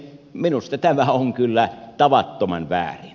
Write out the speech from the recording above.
minusta tämä on kyllä tavattoman väärin